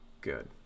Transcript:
Good